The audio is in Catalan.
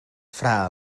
fra